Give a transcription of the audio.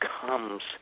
comes